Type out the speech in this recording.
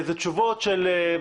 זה תשובות של,